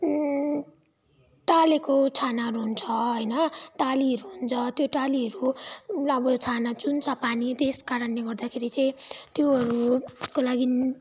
टालेको छानाहरू हुन्छ होइन टालीहरू हुन्छ त्यो टालीहरू अब छाना चुहुन्छ पानी त्यस कारणले गर्दाखेरि चाहिँ त्योहरूको लागि